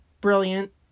brilliant